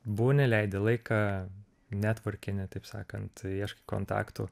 būni leidi laiką netvorkini taip sakant ieškai kontaktų